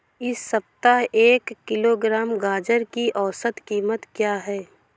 इस सप्ताह एक किलोग्राम गाजर की औसत कीमत क्या है?